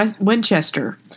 Winchester